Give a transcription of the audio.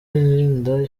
wenda